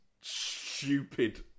stupid